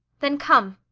then come!